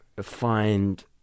find